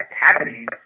happening